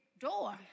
door